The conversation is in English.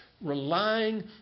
relying